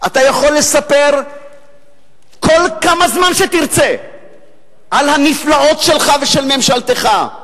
אתה יכול לספר כל כמה זמן שתרצה על הנפלאות שלך ושל ממשלתך.